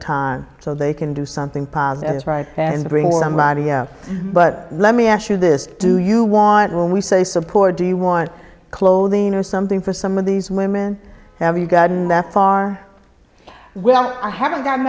baton so they can do something positive is right and bring somebody out but let me ask you this do you want when we say support do you want clothing or something for some of these women have you gotten that far well i haven't gotten